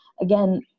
again